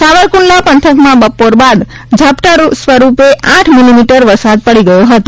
સાવરકુંડલા પંથકમાં બપોર બાદ ઝાપટા સ્વરૂપે આઠ મીમી વરસાદ પડી ગયો હતો